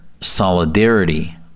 solidarity